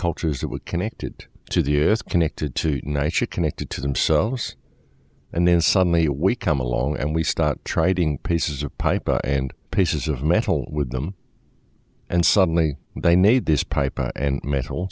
cultures that were connected to the yes connected to night shift connected to themselves and then suddenly we come along and we start trading pieces of pipe and pieces of metal with them and suddenly they need this pipe and metal